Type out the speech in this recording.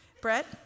Brett